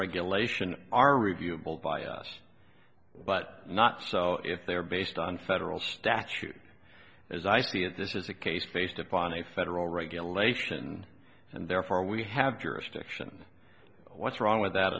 regulation are review will bias but not so if they are based on federal statute as i see it this is a case based upon a federal regulation and therefore we have jurisdiction what's wrong with that